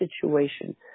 situation